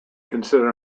consider